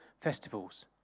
festivals